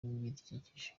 n’ibidukikije